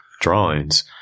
drawings